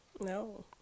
No